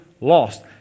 lost